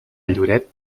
lloret